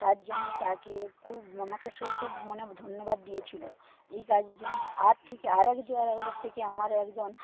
তার জন্য তাকে খুব আমাকে সে খুব অনেক ধন্যবাদ দিয়েছিল এই কাজের জন্য আর থেকে আর একবার থেকে আমার একজন